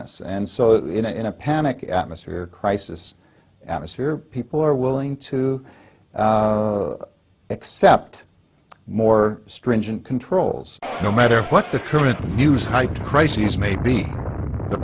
us and so in a panic atmosphere crisis atmosphere people are willing to accept more stringent controls no matter what the current news hype crises may be the